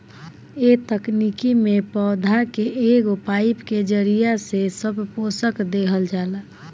ए तकनीकी में पौधा के एगो पाईप के जरिया से सब पोषक देहल जाला